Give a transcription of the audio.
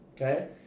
okay